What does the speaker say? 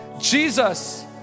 Jesus